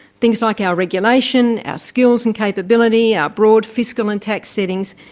things like our regulation, our skills and capability, our broad fiscal and tax settings,